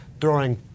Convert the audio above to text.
throwing